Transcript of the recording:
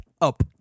up